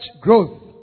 growth